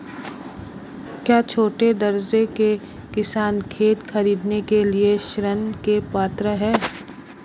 क्या छोटे दर्जे के किसान खेत खरीदने के लिए ऋृण के पात्र हैं?